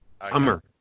Hummer